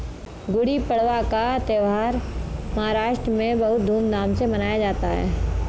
गुड़ी पड़वा का त्यौहार महाराष्ट्र में बहुत धूमधाम से मनाया जाता है